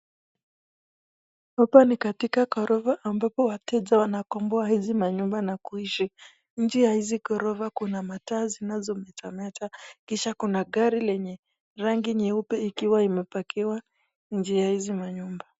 Hapa ni katika ghorofa, ambapo wateja wanakomboa hizi manyumba na kuishi. Nje ya hizi ghorofa kuna mataa zinazo metameta. Kisha kuna gari lenye rangi nyeupe ikiwa ime pack iwa nje ya hizi manyumba.